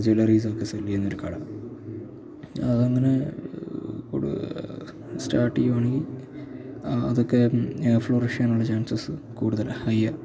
ജ്വലറീസൊക്കെ sell ചെയ്യുന്നൊരു കട അതങ്ങനെ സ്റ്റാർട്ട് ചെയ്യുകയാണെങ്കില് അതൊക്കെ ഫ്ലോറിഷ് ചെയ്യാനുള്ള ചാൻസസ് കൂടുതല് ഹൈയാ